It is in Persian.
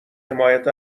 حمایت